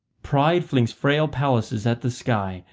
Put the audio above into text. pride flings frail palaces at the sky,